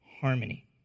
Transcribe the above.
harmony